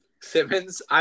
Simmons